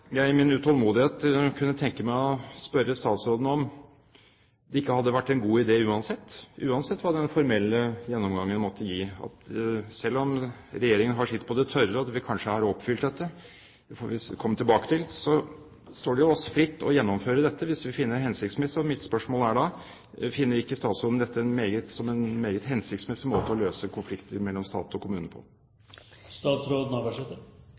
jeg tenke meg å spørre statsråden om ikke dette hadde vært en god idé uansett, uansett hva den formelle gjennomgangen måtte gi. Selv om regjeringen har sitt på det tørre, og vi kanskje har oppfylt dette – det får vi komme tilbake til – står det oss fritt å gjennomføre det hvis vi finner det hensiktsmessig. Så mitt spørsmål er da: Finner ikke statsråden dette som en meget hensiktsmessig måte å løse konflikter på mellom stat og kommune?